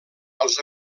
als